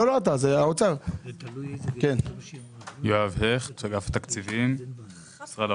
אני שואל את משרד האוצר.